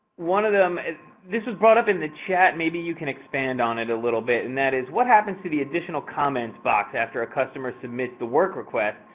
one of them is this was brought up in the chat. maybe you can expand on it a little bit. and that is, what happens to the additional comments box after a customer submits the work request?